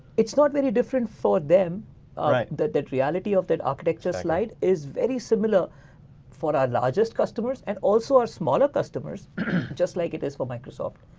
it's not very different for them that that reality of that architecture slide is very similar for our largest customers. and also our smaller customers just like it is for microsoft.